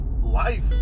life